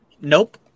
Nope